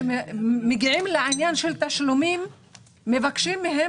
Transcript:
כשמגיעים לעניין של תשלומים מבקשים מהם